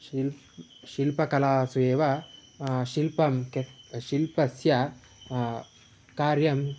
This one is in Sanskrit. शिल्पं शिल्पकलासु एव शिल्पं चेत् शिल्पस्य कार्यं